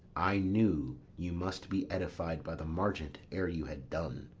i knew you must be edified by the margent ere you had done.